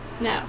No